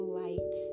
light